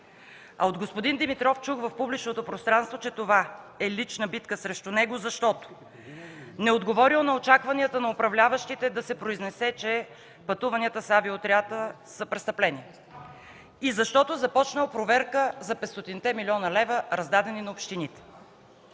От господин Димитров чух в публичното пространство, че това е лична битка срещу него, защото не е отговорил на очакванията на управляващите да се произнесе, че пътуванията с авиоотряда са престъпление, и защото започнал проверка за 500 те милиона лева, раздадени на общините.